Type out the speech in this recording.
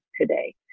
today